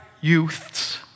youths